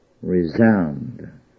resound